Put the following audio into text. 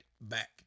back